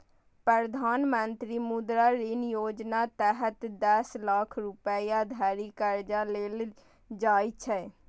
प्रधानमंत्री मुद्रा ऋण योजनाक तहत दस लाख रुपैया धरि कर्ज देल जाइ छै